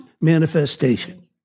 manifestation